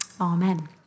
amen